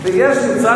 ויש,